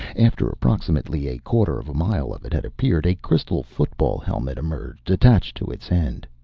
after approximately a quarter-mile of it had appeared, a crystal football helmet emerged attached to its end.